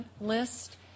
list